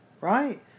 right